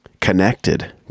connected